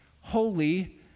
holy